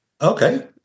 okay